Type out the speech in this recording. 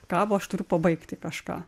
kabo aš turiu pabaigti kažką